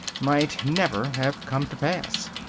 might never have come to pass.